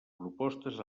propostes